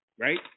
right